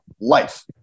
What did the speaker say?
life